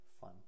fun